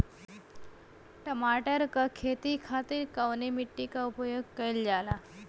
टमाटर क खेती खातिर कवने मिट्टी के उपयोग कइलजाला?